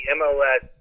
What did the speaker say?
mls